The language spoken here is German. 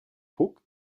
puck